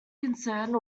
concern